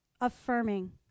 affirming